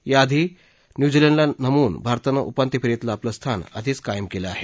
याआधी न्यूझीलंडला नमवून भारतानं उपांत्यफेरीतलं आपलं स्थान आधीच कायम केलं आहे